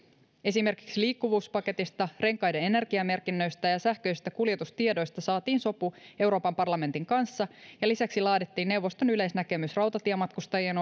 esimerkiksi liikkuvuuspaketista renkaiden energiamerkinnöistä ja sähköisistä kuljetustiedoista saatiin sopu euroopan parlamentin kanssa ja lisäksi laadittiin neuvoston yleisnäkemys rautatiematkustajien